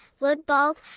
Ludbald